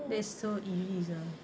that's so eerie sia